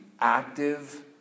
active